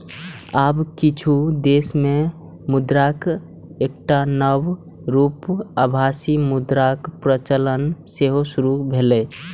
आब किछु देश मे मुद्राक एकटा नव रूप आभासी मुद्राक प्रचलन सेहो शुरू भेलैए